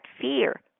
fear